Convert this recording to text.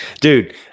dude